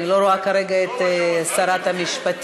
אני לא רואה כרגע את שרת המשפטים.